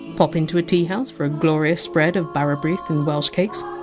pop into a tea house for a glorious spread of bara brith and welsh cakes,